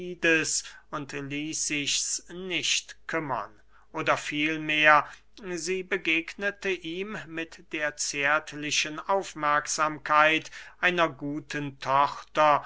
sichs nicht kümmern oder vielmehr sie begegnete ihm mit der zärtlichen aufmerksamkeit einer guten tochter